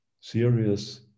serious